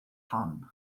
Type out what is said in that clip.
hon